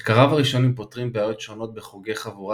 מחקריו הראשונים פותרים בעיות שונות בחוגי חבורה